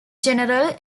general